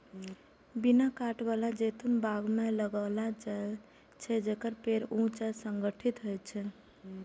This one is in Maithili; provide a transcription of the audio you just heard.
बिना कांट बला जैतून बाग मे लगाओल जाइ छै, जेकर पेड़ ऊंच आ सुगठित होइ छै